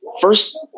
first